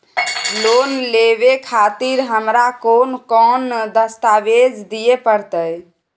Loan लेवे खातिर हमरा कोन कौन दस्तावेज दिय परतै?